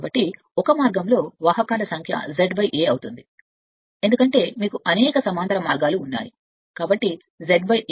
కాబట్టి ఒక భాగంలో వాహకాల సంఖ్య Z A అవుతుంది ఎందుకంటే మీకు అనేక సమాంతర మార్గాలు ఉన్నాయి కాబట్టి Z A